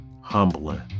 humbling